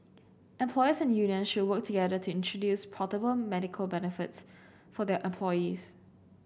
employers and union should work together to introduce portable medical benefits for their employees